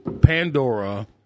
Pandora